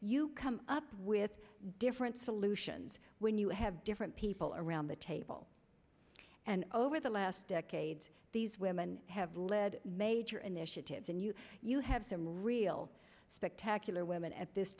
you come up with different solutions when you have different people around the table and over the last decades these women have led major initiatives and you you have some real spectacular women at this